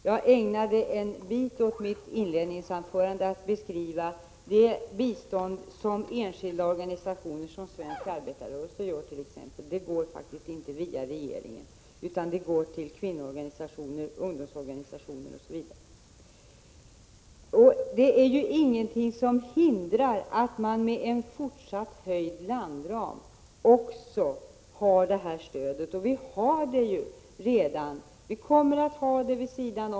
Jag ägnade en bit av mitt inledningsanförande åt att beskriva det bistånd som enskilda organisationer ger, t.ex. svensk arbetarrörelse, och det går faktiskt inte via regeringen utan det går till kvinnoorganisationer, ungdomsorganisationer osv. Det är ju ingenting som hindrar att man utöver en fortsatt höjd landram också har detta stöd, och vi har det ju redan.